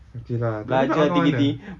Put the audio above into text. okay lah tapi nak makan kat mana